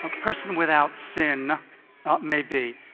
ah person without sin may be.